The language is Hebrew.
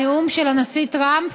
על הנאום של הנשיא טראמפ.